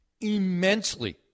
immensely